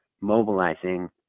mobilizing